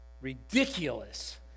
ridiculous